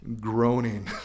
Groaning